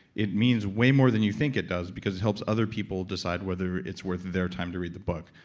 it means way more than you think it does, because it helps other people decide whether it's worth their time to read the book.